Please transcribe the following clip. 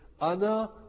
Ana